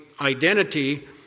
identity